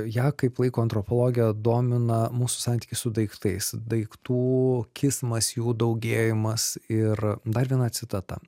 ją kaip laiko antropologė domina mūsų santykis su daiktais daiktų kismas jų daugėjimas ir dar viena citata